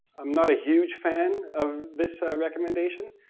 i'm not a huge fan of this recommendation,